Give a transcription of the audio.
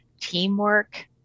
teamwork